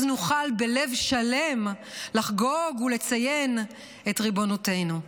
אז נוכל בלב שלם לחגוג ולציין את ריבונותנו.